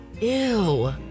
Ew